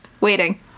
Waiting